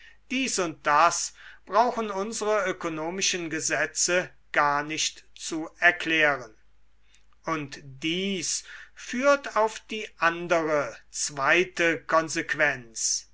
dies und das brauchen unsere ökonomischen gesetze gar nicht zu erklären und dies führt auf die andere zweite konsequenz